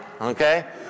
Okay